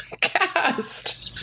cast